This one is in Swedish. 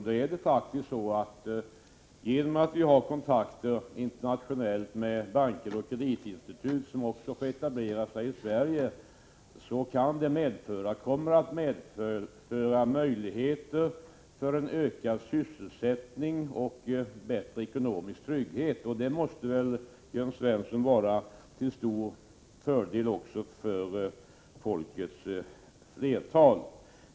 Där är det faktiskt så att de kontakter som vi har internationellt med banker och kreditinstitut, som också får etablera sig i Sverige, kommer att medföra möjligheter för ökad sysselsättning och bättre ekonomisk trygghet. Det måste väl, Jörn Svensson, vara till stor fördel också för folkets flertal.